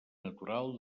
natural